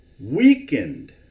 weakened